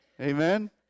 Amen